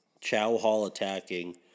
chow-hall-attacking